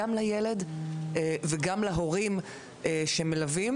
גם לילד וגם להורים שמלווים